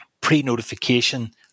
pre-notification